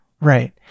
right